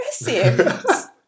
aggressive